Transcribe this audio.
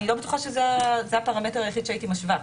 אני לא בטוחה שזה הפרמטר היחיד שהייתי משווה.